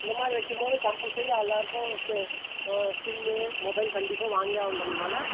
இந்த மாதிரி வைக்கும்போது கம்பல்சரி எல்லாேருக்கும் ச சிம்மு மொபைல் கண்டிப்பாக வாங்கியே ஆகணுன்றனால